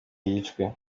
yicwe